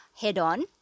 head-on